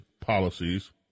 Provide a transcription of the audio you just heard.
policies